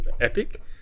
epic